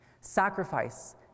Sacrifice